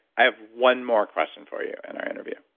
i have one more question for you in our interview.